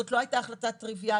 שזאת לא הייתה החלטה טריוויאלית.